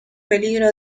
peligro